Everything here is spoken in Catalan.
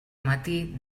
matí